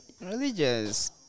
Religious